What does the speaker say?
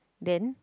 then